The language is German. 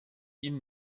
ihn